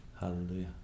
Hallelujah